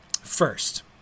first